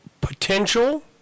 potential